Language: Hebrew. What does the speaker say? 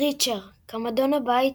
קריצ'ר – גמדון בית